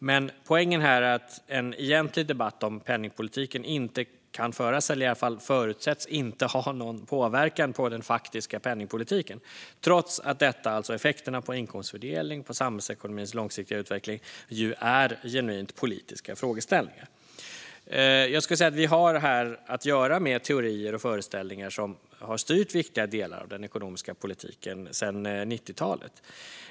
Men poängen här är att en egentlig debatt om penningpolitiken inte kan föras - eller den förutsätts i alla fall inte ha någon påverkan på den faktiska penningpolitiken - trots att detta, alltså effekterna på inkomstfördelning och på samhällsekonomins långsiktiga utveckling, ju är genuint politiska frågeställningar. Vi har här att göra med teorier och föreställningar som har styrt viktiga delar av den ekonomiska politiken sedan 90-talet.